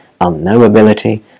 unknowability